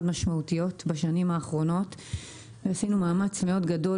משמעותיות בשנתיים האחרונות עשינו מאמץ מאוד גדול